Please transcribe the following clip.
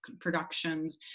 productions